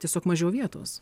tiesiog mažiau vietos